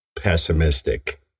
pessimistic